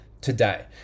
today